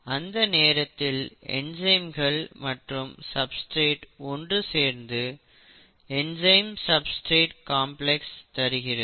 அந்த நேரத்தில் என்சைம்கள் மற்றும் சப்ஸ்டிரேட் ஒன்று சேர்ந்து என்சைம் சப்ஸ்டிரேட் காம்ப்ளெக்ஸ் தருகிறது